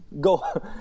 go